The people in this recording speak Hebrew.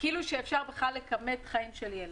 כאילו אפשר לכמת חיים של ילד.